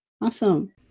Awesome